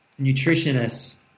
nutritionists